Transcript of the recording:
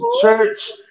Church